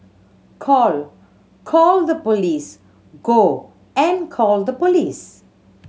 call call the police go and call the police